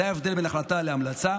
זה ההבדל בין החלטה להמלצה.